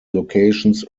locations